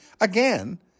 again